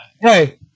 Hey